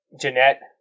Jeanette